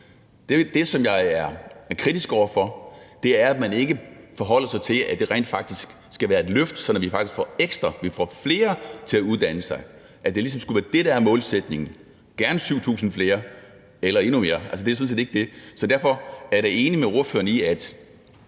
Det, som jeg er kritisk over for, er, at man ikke forholder sig til, at det rent faktisk skal være et løft, sådan at vi faktisk får ekstra pladser, at vi får flere til at uddanne sig, altså at det ligesom skulle være det, der er målsætningen – gerne 7.000 flere eller endnu flere; det er sådan set ikke det. Derfor er jeg da enig med ordføreren i, at